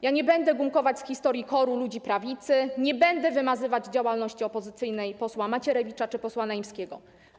Ja nie będę gumkować z historii KOR ludzi prawicy, nie będę wymazywać działalności opozycyjnej posła Macierewicza czy posła Naimskiego.